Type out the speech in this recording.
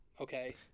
okay